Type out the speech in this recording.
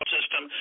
system